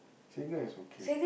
Sekar is okay